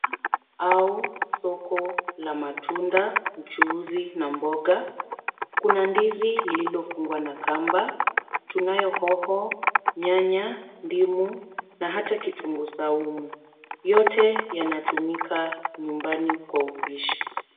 ..au soko la matunda uchuuzi na mboga. Kuna ndizi lililofungwa na kamba, tunayo hoho, nyanya, ndimu na hata kitungu saumu. Yote yanatumika nyumbani kwa upishi.